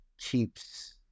keeps